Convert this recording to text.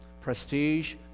prestige